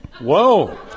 Whoa